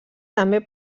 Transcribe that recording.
també